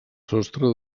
sostre